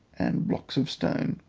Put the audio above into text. and blocks of stone,